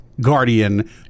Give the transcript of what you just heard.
Guardian